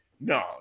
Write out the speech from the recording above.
no